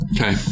Okay